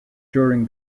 during